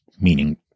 meaning